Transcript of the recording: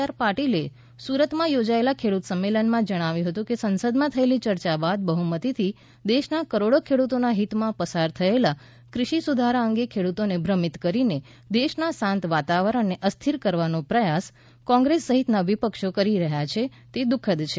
R પાટીલે સુરતમાં યોજાયેલા ખેડૂત સંમેલનમાં જણાવ્યું હતું કે સંસદમાં થયેલી ચર્ચા બાદ બહ્મતીથી દેશના કરોડો ખેડૂતોના હિતમાં પસાર થયેલા ક઼ષિ સુધારાઓ અંગે ખેડૂતોને ભ્રમિત કરીને દેશના શાંત વાતાવરણને અસ્થિર કરવાનો પ્રયાસ કોંગ્રેસ સહિતના વિપક્ષો કરી રહ્યા છે તે દુઃખદ છે